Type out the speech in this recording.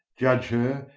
judge her,